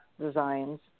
designs